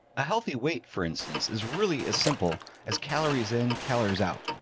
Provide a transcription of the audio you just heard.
healthy weight, for instance, is really as simple as calories in, calories out.